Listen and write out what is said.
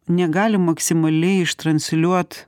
negali maksimaliai iš transliuot